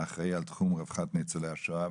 האחראי על תחום רווחת ניצולי השואה,